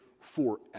forever